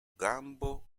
gambo